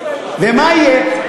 ומה יהיה?